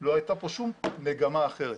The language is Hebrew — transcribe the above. לא הייתה פה שום מגמה אחרת.